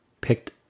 picked